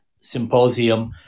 symposium